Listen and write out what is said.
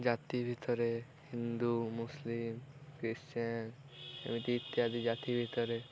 ଜାତି ଭିତରେ Hindu Muslim Christian ଏମିତି ଇତ୍ୟାଦି ଜାତି ଭିତରେ